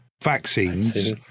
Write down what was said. vaccines